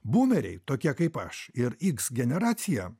būmeriai tokie kaip aš ir iks generacija